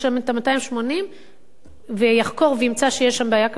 ה-280 ויחקור וימצא שיש שם בעיה כלכלית,